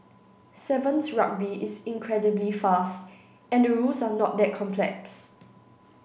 sevens Rugby is incredibly fast and the rules are not that complex